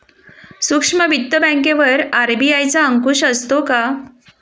सूक्ष्म वित्त बँकेवर आर.बी.आय चा अंकुश असतो का?